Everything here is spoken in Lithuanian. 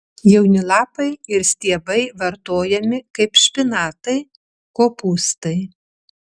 jauni lapai ir stiebai vartojami kaip špinatai kopūstai